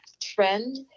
trend